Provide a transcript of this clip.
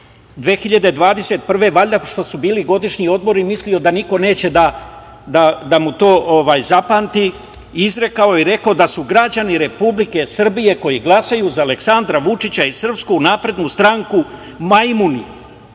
valjda što su bili godišnji odmori, pa mislio da niko neće da mu to zapamti, izrekao je i rekao da su građani Republike Srbije koji glasaju za Aleksandra Vučića i SNS majmuni.